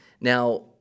Now